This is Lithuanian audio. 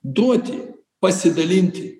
duoti pasidalinti